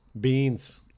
beans